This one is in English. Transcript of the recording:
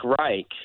Reich